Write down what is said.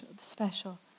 special